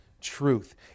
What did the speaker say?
truth